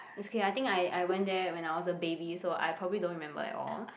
it's okay I think I I went there when I was a baby so I probably don't remember at all